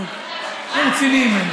לא, אז אני אומר: